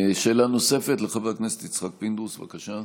שאלה נוספת, לחבר הכנסת יצחק פינדרוס, בבקשה.